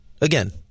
again